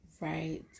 right